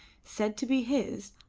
said to be his,